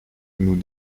nous